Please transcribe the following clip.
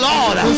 Lord